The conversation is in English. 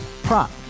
Prop